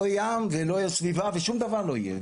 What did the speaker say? לא ים ולא יהיה סביבה ושום דבר לא יהיה,